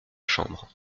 chambre